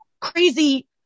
crazy